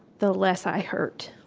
the less i hurt.